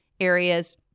areas